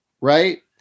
right